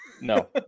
No